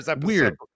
weird